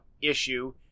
issue